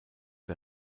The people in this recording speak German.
der